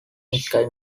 sky